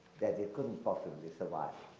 that it couldn't possibly survive.